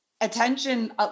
attention